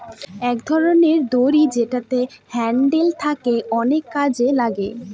এক ধরনের দড়ি যেটাতে হ্যান্ডেল থাকে অনেক কাজে লাগে